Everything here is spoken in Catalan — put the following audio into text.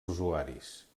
usuaris